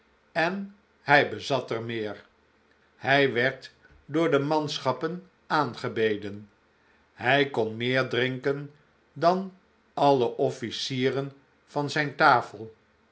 en hij bezat er meer hij werd door de manschappen aangebeden hij kon meer drinken dan alle ofhcieren van zijn tafel